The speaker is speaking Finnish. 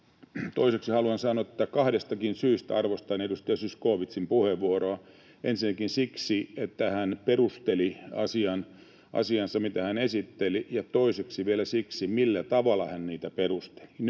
Toiseksi haluan sanoa, että kahdestakin syystä arvostan edustaja Zyskowiczin puheenvuoroa. Ensinnäkin siksi, että hän perusteli asiansa, mitä hän esitteli, ja toiseksi vielä siksi, millä tavalla hän niitä perusteli.